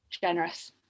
generous